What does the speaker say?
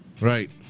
Right